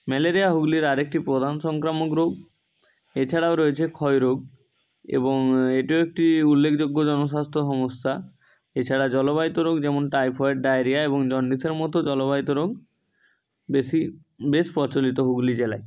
malaria হুগলির আরেকটি প্রধান সংক্রামক রোগ এছাড়াও রয়েছে ক্ষয়রোগ এবং এটাও একটি উল্লেখযোগ্য জনস্বাস্থ্য সমস্যা এছাড়া জলবাহিত রোগ যেমন টাইফয়েড ডায়রিয়া এবং জন্ডিসের মতো জলবাহিত রোগ বেশি বেশ প্রচলিত হুগলি জেলায়